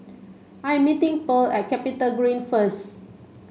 I am meeting Purl at CapitaGreen first